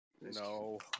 No